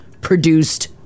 produced